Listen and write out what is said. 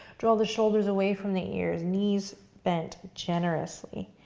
draw the shoulders away from the ears, knees bent generously.